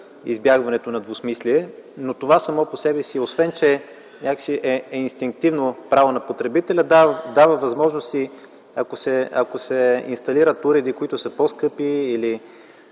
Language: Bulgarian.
избягването на двусмислие, но това само по себе си, освен че някак си е инстинктивно право на потребителя, дава възможност и ако се инсталират уреди, които са по-скъпи или